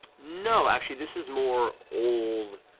no, actually, this is more old,